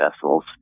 vessels